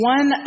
One